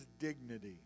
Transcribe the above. dignity